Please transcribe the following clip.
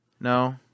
No